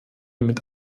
mit